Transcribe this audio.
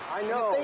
i know,